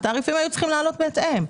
התעריפים היו צריכים לעלות בהתאם.